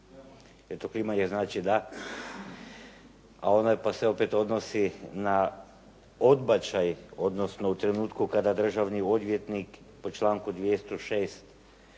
to klimanje znači da? A to se opet odnosi na odbačaj odnosno u trenutku kada državni odvjetnik po članku 206.